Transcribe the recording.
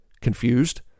Confused